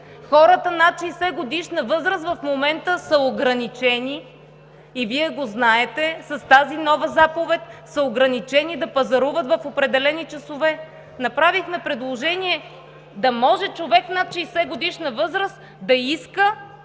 хората над 60-годишна възраст в момента са ограничени с тази нова заповед и Вие го знаете, да пазаруват в определени часове. Направихме предложение да може човек над 60 годишна възраст да иска